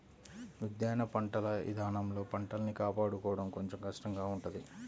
ఉద్యాన పంటల ఇదానంలో పంటల్ని కాపాడుకోడం కొంచెం కష్టంగా ఉంటది